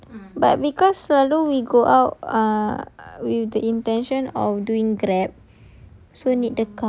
can but because selalu we go out ah with the intention of doing grab